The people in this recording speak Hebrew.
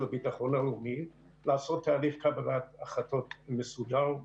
הביטחון הלאומי לעשות תהליך קבלת החלטות מסודר,